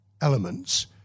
elements